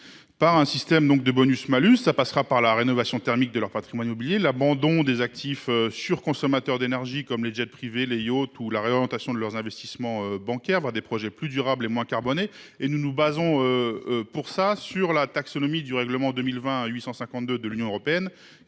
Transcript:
ce système de bonus malus, par la rénovation thermique de leur patrimoine immobilier, par l’abandon des actifs surconsommateurs d’énergie, comme les jets privés ou les yachts, ou par la réorientation de leurs investissements bancaires vers des projets plus durables et moins carbonés. Nous nous basons à cette fin sur la taxonomie du règlement 2020/852 du Parlement européen et